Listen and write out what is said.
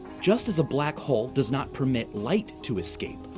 just as a black hole does not permit light to escape,